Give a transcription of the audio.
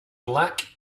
black